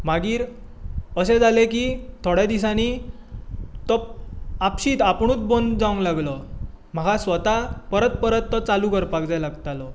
मागीर अशें जालें की थोड्या दिसांनी तो आपशींच आपुणूच बंद जावंक लागलो म्हाका स्वता परत परत तो चालू करपाक जाय लागतालो